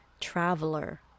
traveler